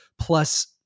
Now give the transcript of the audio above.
plus